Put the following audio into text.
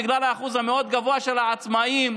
בגלל האחוז המאוד-גבוה של העצמאים,